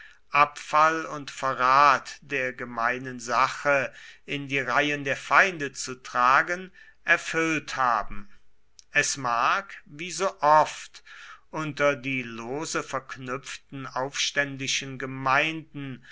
abfall und verrat der gemeinen sache in die reihen der feinde zu tragen erfüllt haben es mag wie so oft unter die lose verknüpften aufständischen gemeinden